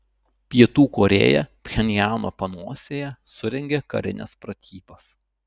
pietų korėja pchenjano panosėje surengė karines pratybas